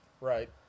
Right